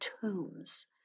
tombs